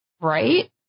Right